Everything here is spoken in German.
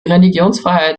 religionsfreiheit